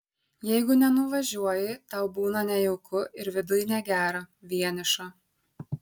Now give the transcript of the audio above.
jeigu nenuvažiuoji tau būna nejauku ir viduj negera vieniša